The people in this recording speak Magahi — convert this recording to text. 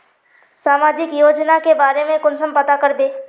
सामाजिक योजना के बारे में कुंसम पता करबे?